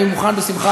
אני מוכן בשמחה,